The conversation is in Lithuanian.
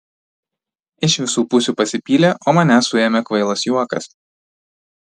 iš visų pusių pasipylė o mane suėmė kvailas juokas